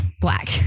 black